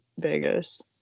Vegas